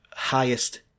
highest